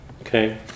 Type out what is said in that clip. Okay